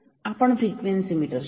आपण frequency meter शिकलो